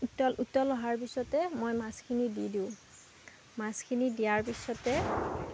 উতল উতল অহাৰ পিছতে মই মাছখিনি দি দিওঁ মাছখিনি দিয়াৰ পিছতে